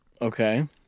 Okay